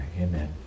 amen